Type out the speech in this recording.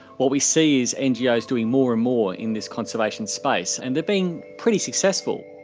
what we see is ngos doing more and more in this conservation space and they've been pretty successful.